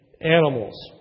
animals